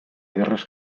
guerres